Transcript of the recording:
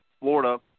Florida